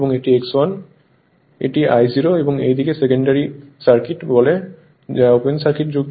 এটি I0 এবং এই দিকটিকে সেকেন্ডারি সার্কিট বলে যা ওপেন সার্কিট যুক্ত হয়